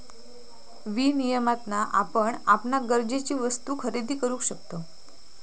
विनियमातना आपण आपणाक गरजेचे वस्तु खरेदी करु शकतव